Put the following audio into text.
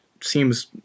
seems